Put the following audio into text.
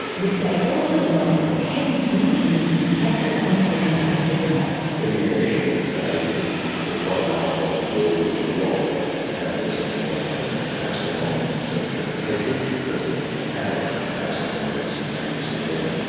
ricky day also warns that heavy drinkers need to be careful when taking paracetamol. in the initial stages, if there's a lot of alcohol on board it will block the metabolism of the paracetamol, so it's a bit protective because it's the metabolite of paracetamol that's dangerous in the liver.